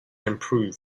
improve